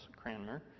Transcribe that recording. Cranmer